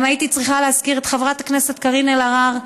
הייתי צריכה גם להזכיר את חברת הכנסת קארין אלהרר,